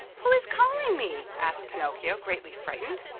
who is calling me? asked pinocchio, greatly frightened.